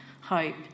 hope